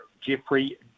Jeffrey